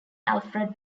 alfred